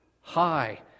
high